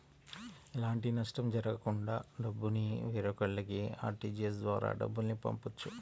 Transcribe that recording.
ఎలాంటి నష్టం జరగకుండా డబ్బుని వేరొకల్లకి ఆర్టీజీయస్ ద్వారా డబ్బుల్ని పంపొచ్చు